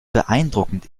beeindruckend